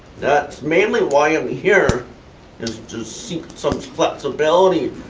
that's mainly why i'm here is to seek some flexibility.